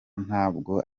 ntabwo